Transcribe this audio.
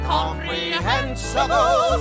Comprehensible